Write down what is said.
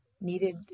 needed